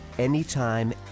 Anytime